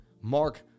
Mark